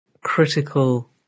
critical